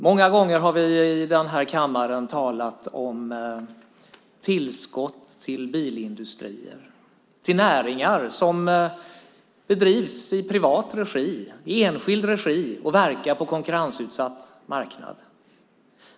Många gånger har vi i denna kammare talat om tillskott till bilindustrier, till näringar som bedrivs i privat regi och enskild regi och som verkar på en konkurrensutsatt marknad.